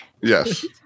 yes